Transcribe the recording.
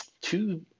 Two